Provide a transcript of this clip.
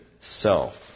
self